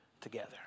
together